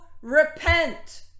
repent